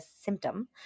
symptom